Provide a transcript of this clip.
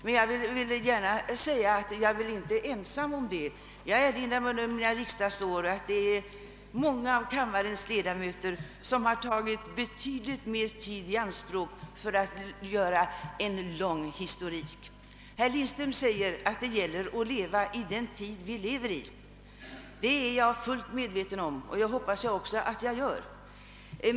Men jag är inte ensam om att göra det. Jag erinrar mig att jag under mina riksdagsår har hört många av kammarens ledamöter ta betydligt längre tid i anspråk för långa historiker. Sedan framhöll herr Lindström att det gäller för oss att leva i vår egen tid. Ja, det är jag fullt medveten om, och det hoppas jag också att jag själv gör.